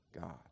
God